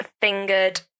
fingered